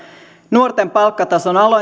nuorten palkkatason